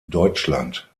deutschland